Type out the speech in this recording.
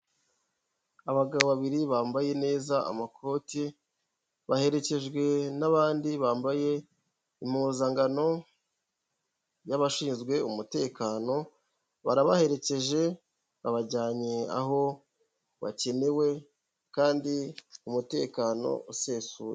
Abagabo babiri bambaye neza amakoti baherekejwe n'abandi bambaye impuzangano y'abashinzwe umutekano barabaherekeje babajyanye aho bakenewe kandi umutekano usesuye.